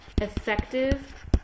effective